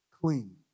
clean